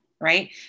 right